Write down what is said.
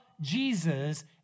Jesus